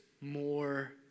more